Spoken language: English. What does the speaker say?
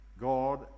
God